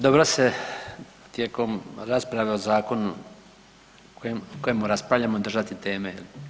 Dobila se, tijekom rasprave o Zakonu o kojemu raspravljamo držati teme.